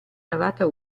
navata